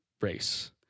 race